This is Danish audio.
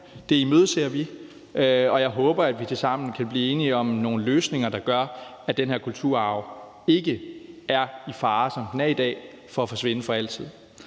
Det imødeser vi, og jeg håber, at vi tilsammen kan blive enige om nogle løsninger, der gør, at den her kulturarv ikke er i fare, som den er i dag, for at forsvinde for altid.